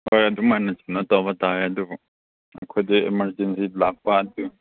ꯍꯣꯏ ꯑꯗꯨꯃꯥꯏꯅ ꯀꯩꯅꯣ ꯇꯧꯕ ꯇꯥꯔꯦ ꯑꯗꯨꯒ ꯑꯩꯈꯣꯏꯗꯤ ꯏꯃꯥꯔꯖꯦꯟꯁꯤ ꯂꯥꯛꯄ ꯑꯗꯨ